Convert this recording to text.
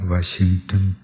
Washington